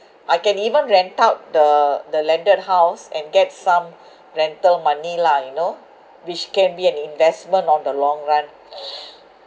I can even rent out the the landed house and get some rental money lah you know which can be an investment on the long run